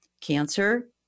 cancer